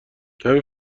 کمی